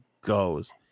goes